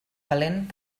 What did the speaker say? calent